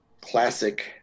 classic